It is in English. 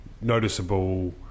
noticeable